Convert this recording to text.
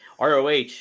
ROH